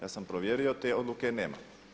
Ja sam provjerio te odluke nema.